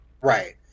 right